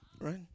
Right